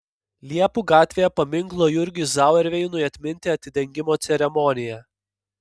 liepų gatvėje paminklo jurgiui zauerveinui atminti atidengimo ceremonija